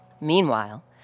Meanwhile